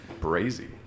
Brazy